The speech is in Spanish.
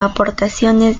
aportaciones